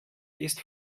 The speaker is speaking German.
ist